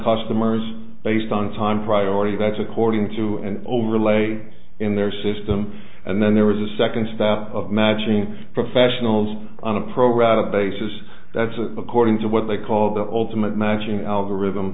customers based on time priority that's according to an overlay in their system and then there was a second step of matching professionals on a program the basis that's according to what they call the ultimate matching algorithm